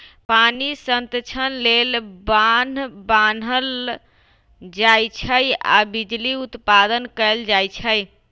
पानी संतक्षण लेल बान्ह बान्हल जाइ छइ आऽ बिजली उत्पादन कएल जाइ छइ